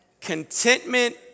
Contentment